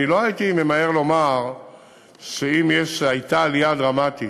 אני לא הייתי ממהר לומר שהייתה עלייה דרמטית